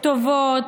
כתובות,